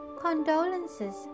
condolences